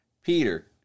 Peter